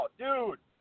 dude